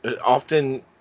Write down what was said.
often